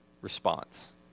response